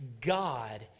God